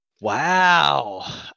Wow